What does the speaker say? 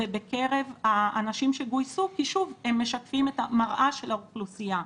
ובקרב האנשים שגויסו, כי הם מראה של האוכלוסייה.